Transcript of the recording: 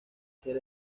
ser